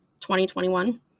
2021